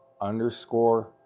underscore